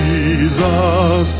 Jesus